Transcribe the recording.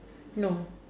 no